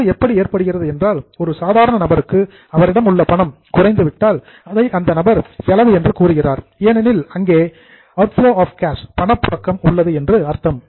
செலவு எப்படி ஏற்படுகிறது என்றால் ஒரு சாதாரண நபருக்கு அவரிடம் உள்ள பணம் குறைந்துவிட்டால் அதை அந்த நபர் செலவு என்று கூறுகிறார் ஏனெனில் அங்கே அவுட்ஃப்லோ ஆப் கேஷ் பணப்புழக்கம் உள்ளது என்று அர்த்தம்